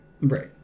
Right